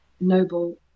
Noble